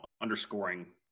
underscoring